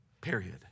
Period